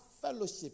fellowship